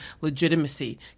legitimacy